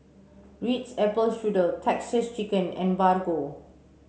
Ritz Apple Strudel Texas Chicken and Bargo